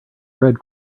red